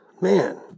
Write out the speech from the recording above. Man